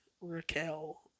Raquel